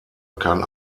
kann